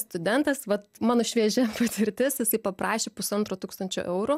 studentas vat mano šviežia sritis jisai paprašė pusantro tūkstančio eurų